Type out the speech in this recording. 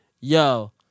Yo